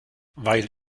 weil